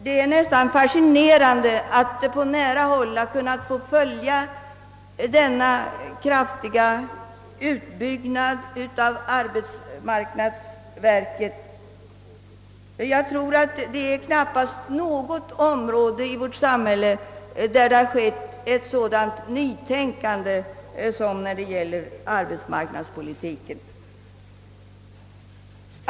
Det är fascinerande att på nära håll följa den kraftiga utbyggnaden av arbetsmarknadspolitiken. Knappast på något annat område i vårt samhälle har det blivit ett sådant nytänkande som på arbetsmarknadspolitikens område.